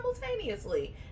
simultaneously